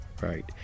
right